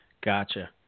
Gotcha